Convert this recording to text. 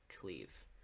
cleave